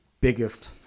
biggest